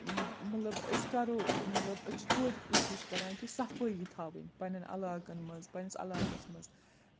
مطلب أسۍ کَرو مطلب أسۍ چھِ توتہِ کوٗشِش کَران کہِ صفٲیی تھاوٕنۍ پننین علاقَن منٛز پنٛنِس علاقَس منٛز